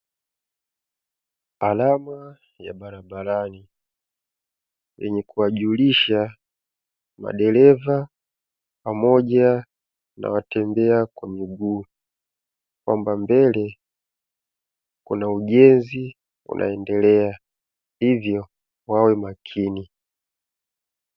Alama ya barabarani yenye kuwajulisha madereva pamoja na watembea kwa miguu, kwamba mbele kuna ujenzi unaendelea, hivyo wawe makini.